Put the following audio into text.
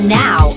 now